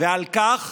ועל כך